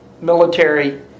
military